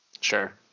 Sure